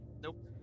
Nope